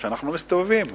אנחנו מסתובבים,